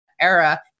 era